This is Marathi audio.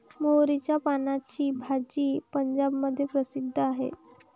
मोहरीच्या पानाची भाजी पंजाबमध्ये प्रसिद्ध आहे